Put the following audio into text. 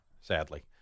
sadly